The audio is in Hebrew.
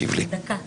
לגבי